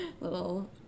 Little